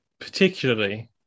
particularly